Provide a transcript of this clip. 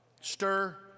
Stir